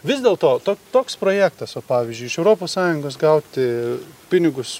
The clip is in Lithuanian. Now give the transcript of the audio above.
vis dėl to toks projektas ot pavyzdžiui iš europos sąjungos gauti pinigus